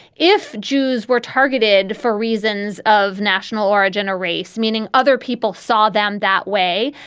if jews were targeted for reasons of national origin or race, meaning other people saw them that way,